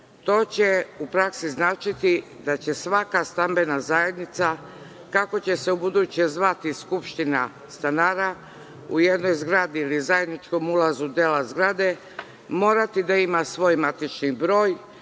To će u praksi značiti, da će svaka Stambena zajednica, kako će se ubuduće zvati Skupština stanara, u jednoj zgradi ili zajedničkom ulazu dela zgrade, morati da ima svoj matični broj